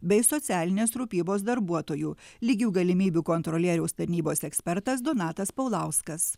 bei socialinės rūpybos darbuotojų lygių galimybių kontrolieriaus tarnybos ekspertas donatas paulauskas